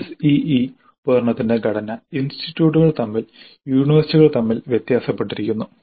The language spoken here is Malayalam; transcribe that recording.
SEE ഉപകരണത്തിന്റെ ഘടന ഇൻസ്റ്റിറ്റ്യൂട്ടുകൾ തമ്മിൽ യൂണിവേഴ്സിറ്റികൾ തമ്മിൽ വ്യത്യാസപ്പെട്ടിരിക്കുന്നു